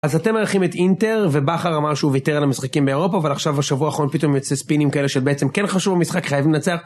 אז אתם מארחים את אינטר, ובכר אמר שהוא ויתר על המשחקים באירופה, אבל עכשיו השבוע האחרון פתאום יוצא ספינים כאלה שבעצם כן חשוב במשחק, חייב לנצח